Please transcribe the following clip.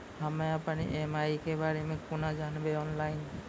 हम्मे अपन ई.एम.आई के बारे मे कूना जानबै, ऑनलाइन?